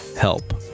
help